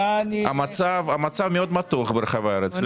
במצב מאוד מתוח ברחבי הארץ.